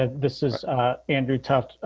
and this is andrew tough.